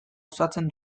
osatzen